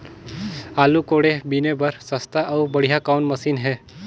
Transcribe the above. आलू कोड़े बीने बर सस्ता अउ बढ़िया कौन मशीन हे?